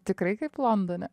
tikrai kaip londone